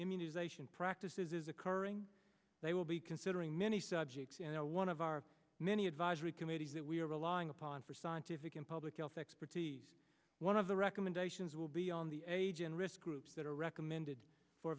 immunization practices is occurring they will be considering many subjects and one of our many advisory committees that we are relying upon for scientific and public health expertise one of the recommendations will be on the age and risk groups that are recommended for